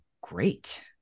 great